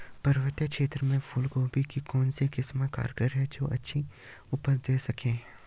पर्वतीय क्षेत्रों में फूल गोभी की कौन सी किस्म कारगर है जो अच्छी उपज दें सके?